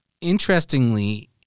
interestingly